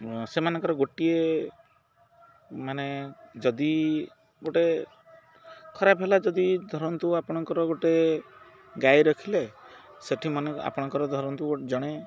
ସେମାନଙ୍କର ଗୋଟିଏ ମାନେ ଯଦି ଗୋଟେ ଖରାପ ହେଲା ଯଦି ଧରନ୍ତୁ ଆପଣଙ୍କର ଗୋଟେ ଗାଈ ରଖିଲେ ସେଇଠି ମାନେ ଆପଣଙ୍କର ଧରନ୍ତୁ ଜଣେ